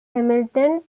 hamilton